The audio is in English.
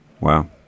wow